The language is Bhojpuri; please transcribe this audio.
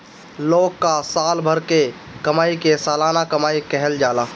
लोग कअ साल भर के कमाई के सलाना कमाई कहल जाला